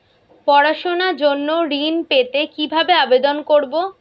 পড়াশুনা জন্য ঋণ পেতে কিভাবে আবেদন করব?